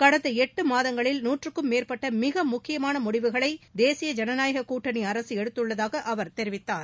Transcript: கடந்த எட்டு மாதங்களில் நூற்றுக்கும் மேற்பட்ட மிக முக்கியமான முடிவுகளை தேசிய ஐனநாயக கூட்டணி அரசு எடுத்துள்ளதாக அவர் தெரிவித்தார்